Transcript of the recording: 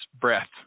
breath